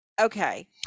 okay